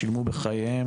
שילמו בחייהם